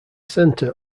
centre